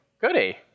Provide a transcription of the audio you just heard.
Goody